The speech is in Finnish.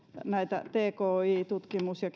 näistä tki tutkimus ja